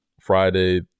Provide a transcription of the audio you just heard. Friday